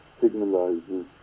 signalizes